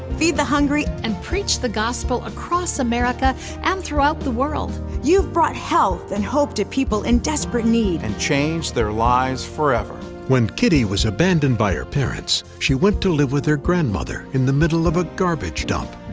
feed the hungry. and preach the gospel across america and throughout the world. you've brought health and hope to people in desperate need. and changed their lives forever. when kitty was abandoned by her parents, she went to live with her grandmother in the middle of a garbage dump.